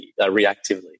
reactively